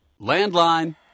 landline